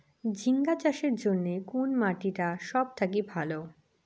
ঝিঙ্গা চাষের জইন্যে কুন মাটি টা সব থাকি ভালো?